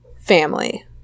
family